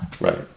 Right